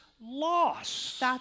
loss